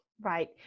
Right